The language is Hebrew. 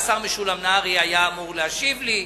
והשר משולם נהרי היה אמור להשיב לי,